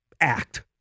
act